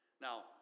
Now